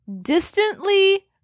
Distantly